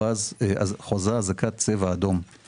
כשאני אומרת "עוטף" זה גם אשדוד וגם אשקלון.